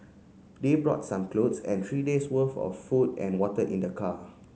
they brought some clothes and three days worth of food and water in their car